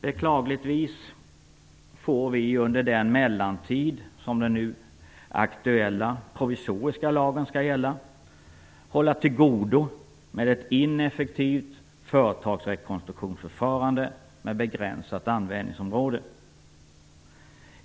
Beklagligtvis får vi under den mellantid som den nu aktuella provisoriska lagen skall gälla hålla till godo med ett ineffektivt företagsrekonstruktionsförfarande med begränsat användningsområde.